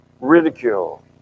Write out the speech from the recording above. ridicule